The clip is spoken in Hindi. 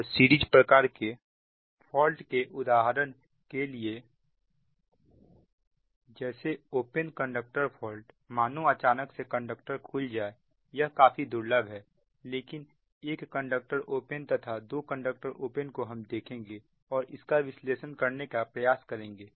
और सीरीज प्रकार के फॉल्ट के उदाहरण के लिए जैसे ओपन कंडक्टर फॉल्ट मानो अचानक से कंडक्टर खुल जाए यह काफी दुर्लभ है लेकिन एक कंडक्टर ओपन तथा दो कंडक्टर ओपन को हम देखेंगे और उसका विश्लेषण करने का प्रयास करेंगे